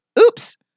oops